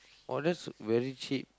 oh that's very cheap